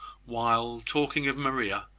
while, talking of maria,